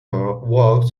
worked